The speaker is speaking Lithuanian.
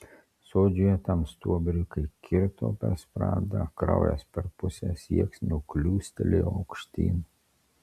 sodžiuje tam stuobriui kai kirto per sprandą kraujas per pusę sieksnio kliūstelėjo aukštyn